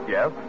Yes